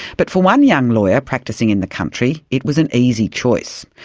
but for one young lawyer practising in the country it was an easy choice.